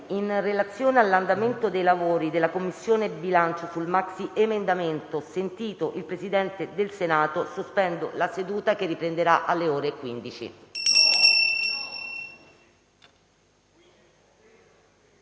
in relazione all'andamento dei lavori della Commissione bilancio sul maxiemendamento, sentito il Presidente del Senato, sospendo nuovamente la seduta.